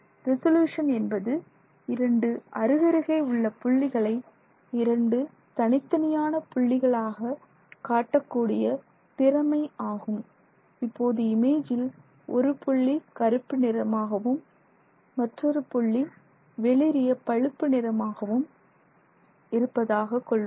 resolution என்பது 2 அருகருகே உள்ள புள்ளிகளை 2 தனித்தனியான புள்ளிகளாக காட்டக்கூடிய திறமை ஆகும் இப்போது இமேஜில் ஒரு புள்ளி கருப்பு நிறமாகவும் மற்றொரு புள்ளி வெளிரிய பழுப்பு நிறமாகவும் இருப்பதாக கொள்வோம்